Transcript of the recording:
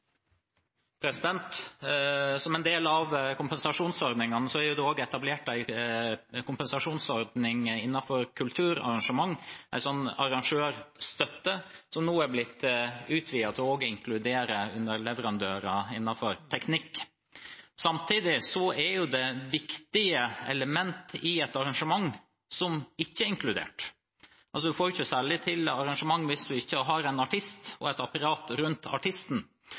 gått. Som en del av kompensasjonsordningene er det også etablert en kompensasjonsordning innenfor kulturarrangementer – en arrangørstøtte – som nå er blitt utvidet til også å inkludere underleverandører innenfor teknikk. Samtidig er det viktige elementer i et arrangement som ikke er inkludert. Man får ikke til noen særlige arrangementer hvis man ikke har en artist og et apparat rundt artisten.